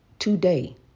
Today